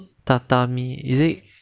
tatami is it